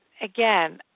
again